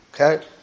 Okay